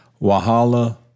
Wahala